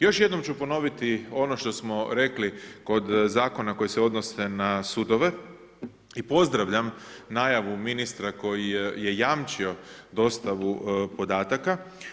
Još jednom ću ponoviti ono što smo rekli kod zakona koji se odnose na sudove i pozdravljam najavu ministra koji je jamčio dostavu podataka.